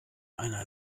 einer